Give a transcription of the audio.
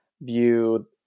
view